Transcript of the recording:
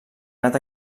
anat